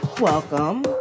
welcome